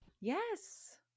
Yes